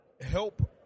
help